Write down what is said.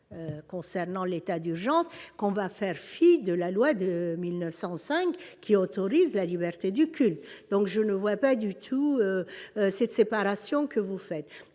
concernant l'état d'urgence qu'on va faire fi de la loi de 1905 qui autorise la liberté du culte, donc je ne vois pas du tout cette séparation que vous faites,